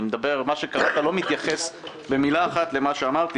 מה שקראת לא מתייחס במילה אחת למה ששאלתי לעיל.